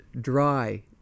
dry